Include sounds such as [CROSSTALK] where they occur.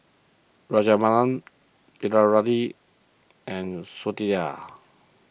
Rajaratnam Bilahari and [UNINTELLIGIBLE]